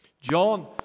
John